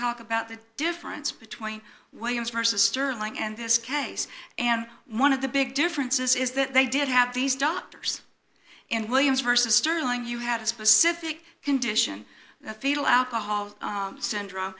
talk about the difference between williams versus sterling and this case and one of the big differences is that they did have these doctors and williams versus sterling you had a specific condition the fetal alcohol syndrome